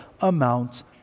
amounts